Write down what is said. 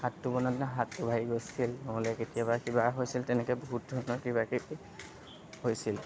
হাতটো বনাওঁতে হাতটো ভাঙি গৈছিল নহ'লে কেতিয়াবা কিবা হৈছিল তেনেকৈ বহুত ধৰণৰ কিবাকিবি হৈছিল